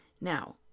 Now